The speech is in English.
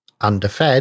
underfed